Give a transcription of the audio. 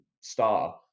star